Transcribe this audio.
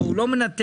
פה הוא לא מנתק?